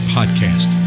Podcast